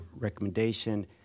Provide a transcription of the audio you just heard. Recommendation